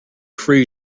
free